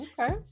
Okay